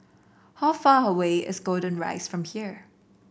how far away is Golden Rise from here